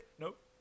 Nope